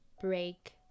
break